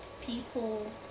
people